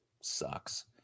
sucks